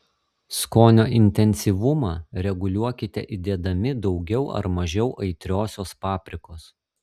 skonio intensyvumą reguliuokite įdėdami daugiau ar mažiau aitriosios paprikos